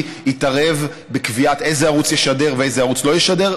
יתערב בקביעה איזה ערוץ ישדר ואיזה ערוץ לא ישדר.